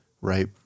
right